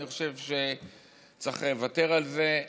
אני חושב שצריך לוותר על זה,